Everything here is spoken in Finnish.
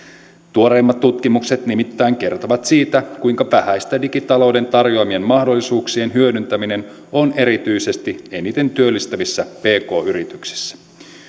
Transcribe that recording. tuoreimmat tutkimukset nimittäin kertovat siitä kuinka vähäistä digitalouden tarjoamien mahdollisuuksien hyödyntäminen on erityisesti eniten työllistävissä pk yrityksissä